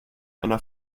einer